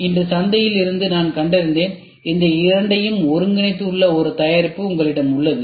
இன்று சந்தையில் இருந்து நான் பார்த்ததுஇந்த இரண்டையும் ஒருங்கிணைத்துள்ள ஒரு தயாரிப்பு உள்ளது